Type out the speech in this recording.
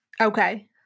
Okay